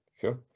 sure